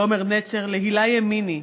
לעומר נצר, להילה ימיני,